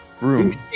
room